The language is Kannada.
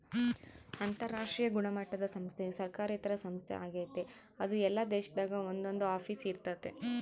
ಅಂತರಾಷ್ಟ್ರೀಯ ಗುಣಮಟ್ಟುದ ಸಂಸ್ಥೆಯು ಸರ್ಕಾರೇತರ ಸಂಸ್ಥೆ ಆಗೆತೆ ಅದು ಎಲ್ಲಾ ದೇಶದಾಗ ಒಂದೊಂದು ಆಫೀಸ್ ಇರ್ತತೆ